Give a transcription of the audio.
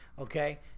okay